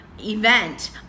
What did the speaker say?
event